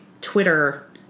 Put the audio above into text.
Twitter